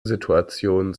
situation